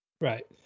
Right